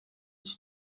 iki